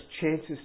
chances